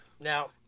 Now